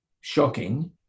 shocking